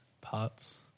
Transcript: parts